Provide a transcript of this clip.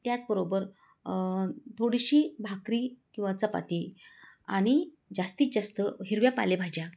त्याचबरोबर थोडीशी भाकरी किंवा चपाती आणि जास्तीत जास्त हिरव्या पालेभाज्या